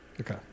Okay